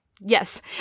Yes